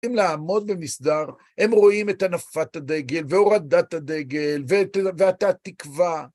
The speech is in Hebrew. הם לעמוד במסדר, הם רואים את הנפת הדגל, והורדת הדגל, ואת התקווה.